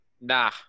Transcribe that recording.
Nah